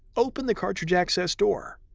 open the cartridge access door.